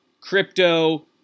crypto